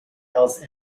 else